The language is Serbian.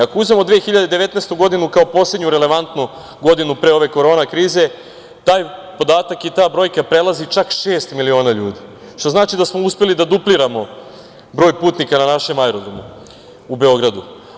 Ako uzmemo 2019. godinu kao poslednju relevantnu godinu pre ove korona krize taj podatak i ta brojka prelazi čak šest miliona ljudi, što znači da smo uspeli da dupliramo broj putnika na našem aerodromu u Beogradu.